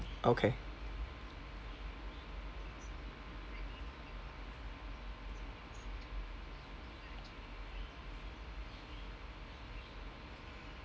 okay